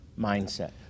mindset